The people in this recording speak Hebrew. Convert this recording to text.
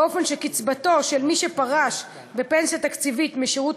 באופן שקצבתו של מי שפרש בפנסיה תקציבית משירות